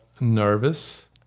nervous